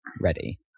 ready